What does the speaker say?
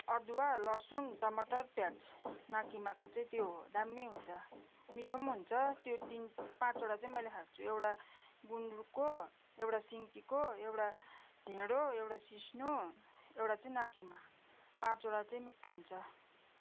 अदुवा लसुन टमाटर प्याज नाकिमाको चाहिँ त्यो हो दामी हुन्छ मिठो पनि हुन्छ त्यो पाँचवटा चाहिँ मैले खाएको छु एउटा गुन्द्रुकको एउटा सिन्कीको एउटा ढेँडो एउटा सिस्नो एउटा चाहिँ नाकिमा पाँचवटा चाहिँ मिठो हुन्छ